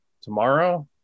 tomorrow